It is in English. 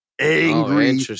angry